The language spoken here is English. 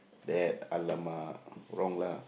that !alamak! wrong lah